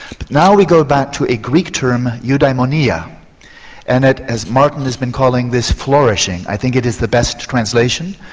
but now we go back to a greek term eudaimonia and as martin has been calling this flourishing, i think it is the best translation,